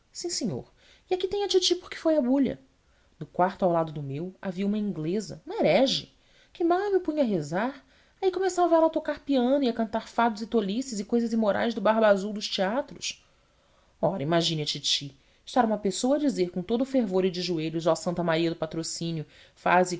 sim senhor e aqui tem a titi porque foi a bulha no quarto ao lado do meu havia uma inglesa uma herege que mal eu me punha a rezar aí começava ela a tocar piano e a cantar fados e tolices e cousas imorais do barba azul dos teatros ora imagine a titi estar uma pessoa a dizer com todo o fervor e de joelhos oh santa maria do patrocínio faze